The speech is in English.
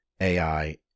AI